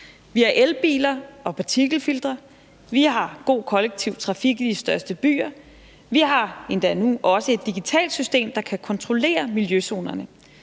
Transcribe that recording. Vi har elbiler og partikelfiltre, vi har god kollektiv trafik i de største byer, vi har endda nu også et digitalt system, der kan kontrollere miljøzonerne.